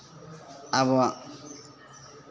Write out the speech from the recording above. ᱟᱵᱚᱣᱟᱜ